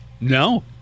No